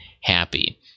happy